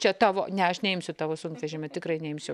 čia tavo ne aš neimsiu tavo sunkvežimio tikrai neimsiu